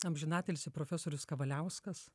amžinatilsį profesorius kavaliauskas